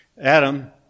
Adam